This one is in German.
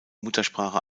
muttersprache